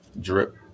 Drip